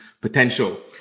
potential